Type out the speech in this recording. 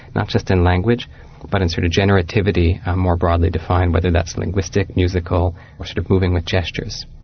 not just in language but in sort of generativity are more broadly defined, whether that's linguistic, musical, or sort of moving with gestures.